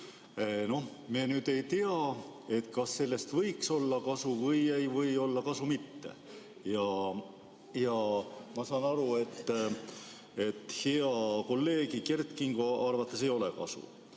Me ei tea, kas sellest võib olla kasu või ei või olla mitte. Ma saan aru, et hea kolleegi Kert Kingo arvates ei ole kasu.